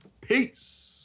Peace